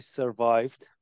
survived